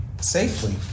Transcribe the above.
Safely